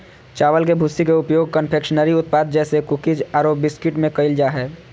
चावल के भूसी के उपयोग कन्फेक्शनरी उत्पाद जैसे कुकीज आरो बिस्कुट में कइल जा है